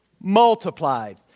multiplied